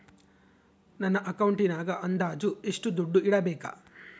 ನನ್ನ ಅಕೌಂಟಿನಾಗ ಅಂದಾಜು ಎಷ್ಟು ದುಡ್ಡು ಇಡಬೇಕಾ?